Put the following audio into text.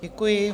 Děkuji.